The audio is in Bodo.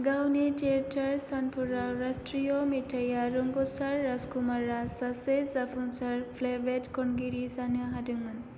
गावनि थेयेटार सानफोराव रास्त्रीय मेथायाव रोंगसार राजकुमारा सासे जाफुंसार प्लेबेक खनगिरि जानो हादोंमोन